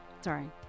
Sorry